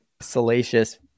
salacious